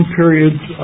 periods